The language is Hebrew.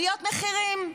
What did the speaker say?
עליות מחירים,